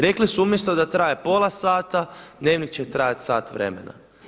Rekli su umjesto da traje pola sata, Dnevnik će trajati sat vremena.